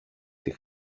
στη